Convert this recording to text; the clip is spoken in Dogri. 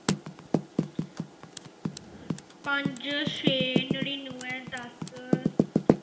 पंज छे नड़िनवैं दस